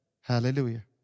Hallelujah